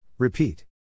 Repeat